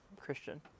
Christian